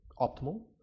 optimal